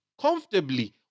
comfortably